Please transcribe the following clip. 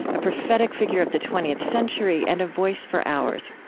a prophetic figure of the twentieth century and a voice for ours.